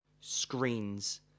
screens